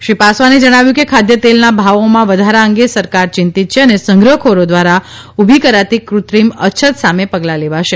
શ્રી પાસવાને જણાવ્યું કે ખાદ્યતેલના ભાવોમાં વધારા અંગે સરકાર ચિંતિત છે અને સંગ્રહખોરો દ્વારા ઉભી કરાતી કૃત્રિમ અછત સામે પગલાં લેવાશે